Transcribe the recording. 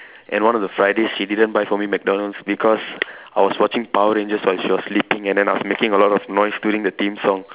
and one of the Fridays she didn't buy for me McDonald's because I was watching power rangers while she was sleeping and then I was making a lot of noise during the theme song